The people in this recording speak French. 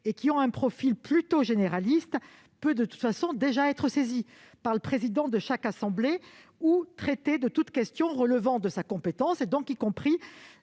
et dont le profil est plutôt généraliste, peut de toute manière déjà être saisi par le président de chaque assemblée ou traiter de toute question relevant de sa compétence, y compris